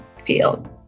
field